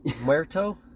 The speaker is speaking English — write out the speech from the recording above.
Muerto